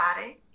body